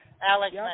Alex